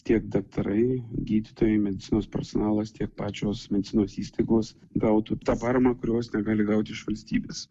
tiek daktarai gydytojai medicinos personalas tiek pačios medicinos įstaigos gautų tą paramą kurios negali gauti iš valstybės